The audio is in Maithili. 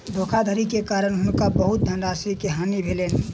धोखाधड़ी के कारण हुनका बहुत धनराशि के हानि भेलैन